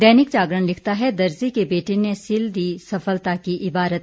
दैनिक जागरण लिखता है दर्जी के बेटे ने सिल दी सफलता की इबारत